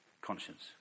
conscience